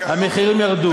המחירים ירדו.